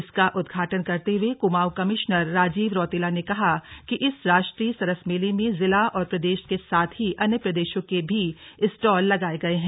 इसका उद्घाटन करते हुए कुमाऊं कमिश्नर राजीव रौतेला ने कहा कि इस राष्ट्रीय सरस मेले में जिला और प्रदेश के साथ ही अन्य प्रदेशों के भी स्टॉल लगाये गये हैं